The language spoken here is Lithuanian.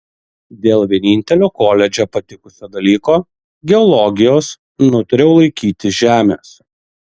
dėl vienintelio koledže patikusio dalyko geologijos nutariau laikytis žemės